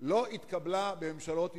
לא התקבלה בממשלות ישראל,